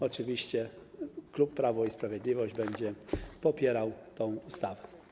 Oczywiście klub Prawo i Sprawiedliwość będzie popierał tę ustawę.